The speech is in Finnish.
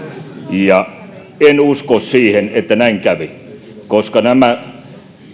ja en usko siihen että näin kävi koska nämä